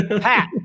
pat